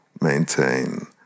maintain